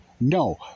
No